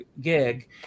gig